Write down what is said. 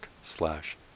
slash